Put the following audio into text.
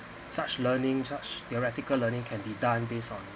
such learning such theoretical learning can be done based on